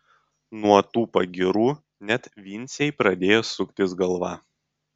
nuo tų pagyrų net vincei pradėjo suktis galva